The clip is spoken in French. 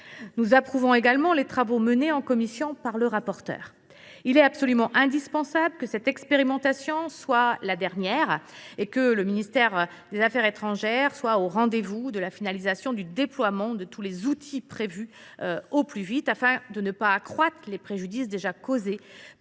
Nous approuvons également les travaux menés en commission par le rapporteur. Il est absolument indispensable que cette expérimentation soit la dernière et que le MEAE soit tout de suite au rendez vous de la finalisation du déploiement, rapide, de tous les outils prévus, afin de ne pas accroître les préjudices déjà causés